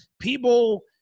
people